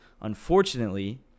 unfortunately